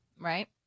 Right